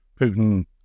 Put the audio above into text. Putin